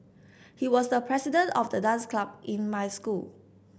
he was the president of the dance club in my school